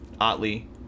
Otley